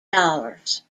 dollars